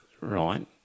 Right